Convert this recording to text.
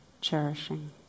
cherishing